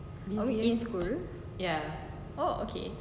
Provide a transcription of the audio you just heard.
I_B school oh okay